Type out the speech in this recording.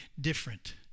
different